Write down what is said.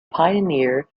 pioneer